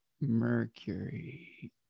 Mercury